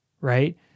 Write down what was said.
right